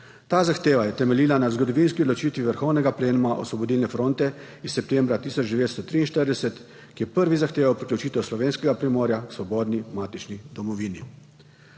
Ta zahteva je temeljila na zgodovinski odločitvi Vrhovnega plenuma Osvobodilne fronte iz septembra 1943, ki je prvi zahteval priključitev Slovenskega primorja svobodni matični domovini.